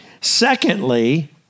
Secondly